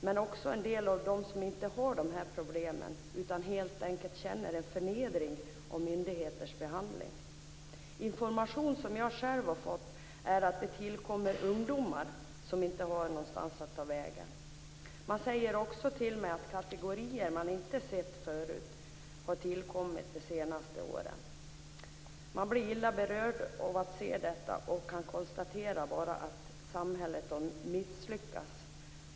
Men det finns också en del som inte har de här problemen utan som helt enkelt känner sig förnedrade av myndigheternas behandling. Information som jag själv har fått säger att det tillkommer ungdomar som inte har någonstans att ta vägen. Man säger också till mig att kategorier som man inte sett förut har tillkommit de senaste åren. Man blir illa berörd av att se detta och kan bara konstatera att samhället har misslyckats.